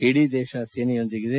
ಇಡೀ ದೇಶ ಸೇನೆಯೊಂದಿಗಿದೆ